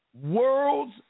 worlds